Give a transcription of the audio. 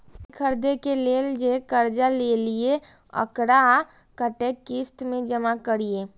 गाड़ी खरदे के लेल जे कर्जा लेलिए वकरा कतेक किस्त में जमा करिए?